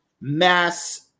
mass